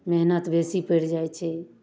मेहनत बेसी पड़ि जाइ छै